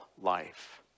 life